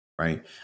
right